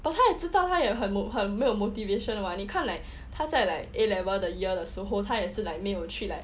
but 他也知道他也很很没有 motivation [what] 你看 like 他在 like A-level the year 的时候他也是没有去 like